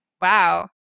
Wow